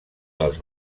dels